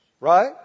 Right